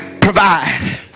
provide